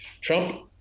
Trump